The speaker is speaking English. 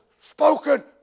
spoken